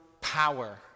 power